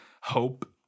hope